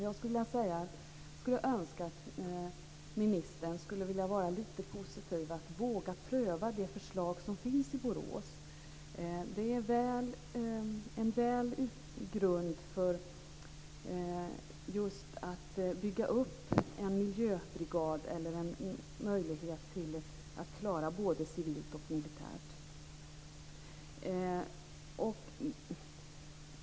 Jag skulle önska att ministern var lite positiv och vågade pröva det förslag som finns i Borås. Det är en bra grund för att just bygga upp en miljöbrigad eller en möjlighet att klara både civilt och militärt.